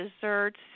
desserts